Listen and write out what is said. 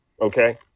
Okay